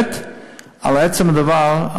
לעצם הדבר,